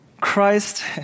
Christ